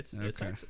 okay